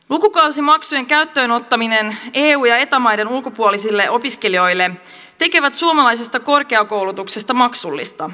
lukukausimaksujen käyttöön ottaminen eu ja eta maiden ulkopuolisille opiskelijoille tekee suomalaisesta korkeakoulutuksesta maksullista